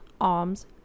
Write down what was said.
arms